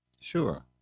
Sure